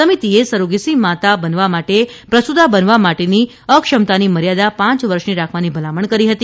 સમિતિએ સેરોગેસીમાતા બનવા માટે પ્રસુતા બનવા માટેની અસક્ષમતાની મર્યાદા પાંચ વર્ષની રાખવાની ભલામણ કરી હતી